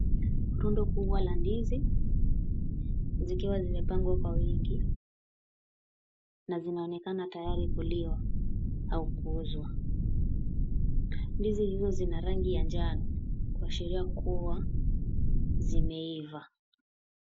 Rundo kubwa la ndizi zikiwa zimepangwa kwa wingi na zinaonekana tayari kuliwa au kuuzwa. Ndizi hizo zina rangi ya njano kuashiria kuwa zimeiva.